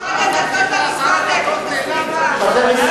להעביר את משרד הדתות למשרד לאיכות